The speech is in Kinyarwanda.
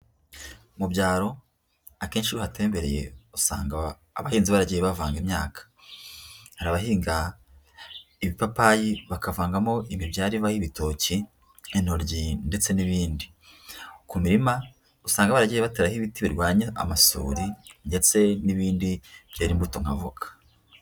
Mu byaro akenshi iyo uhatembereye usanga abahinzi baragiye bavanga imyaka, hari abahiga ibipapayi bakavangamo imibyare y'ibitoki, intoryi ndetse n'ibindi, ku mirima usanga baragiye bateraho ibiti birwanya amasuri ndetse n'ibindi byera imbuto nk'avoka.